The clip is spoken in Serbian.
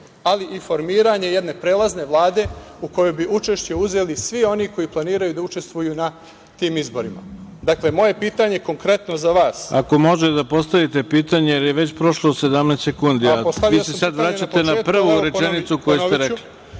ali i formiranje jedne prelazne vlade u kojoj bi učešće uzeli svi oni koji planiraju da učestvuju na tim izborima. Dakle, moje pitanje konkretno za vas… **Ivica Dačić** Ako možete da postavite pitanje, jer je već prošlo 17 sekundi. Vi se sada vraćate na prvu rečenicu koju ste rekli.